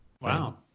wow